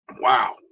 Wow